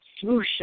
swoosh